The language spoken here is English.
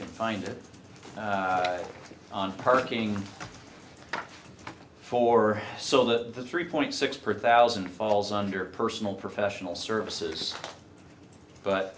can find on parking for so that the three point six per thousand falls under personal professional services but